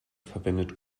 verwendet